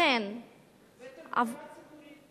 ותחבורה ציבורית.